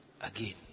again